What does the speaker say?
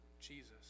Jesus